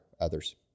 others